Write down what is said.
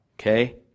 okay